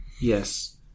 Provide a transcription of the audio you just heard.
Yes